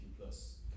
plus